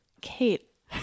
Kate